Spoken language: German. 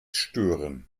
stören